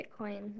Bitcoin